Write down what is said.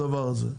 הדבר הזה.